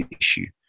issue